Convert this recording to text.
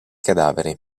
cadaveri